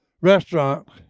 restaurant